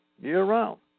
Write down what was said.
year-round